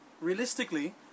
realistically